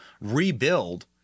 rebuild